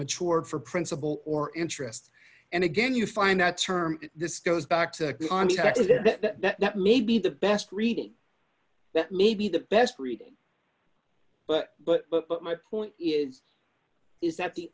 mature for principal or interest and again you find that term this goes back to on saturday that may be the best reading that maybe the best reading but but but but my point is is that the